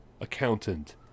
accountant